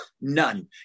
none